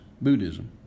Buddhism